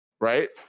right